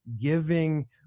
giving